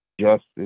justice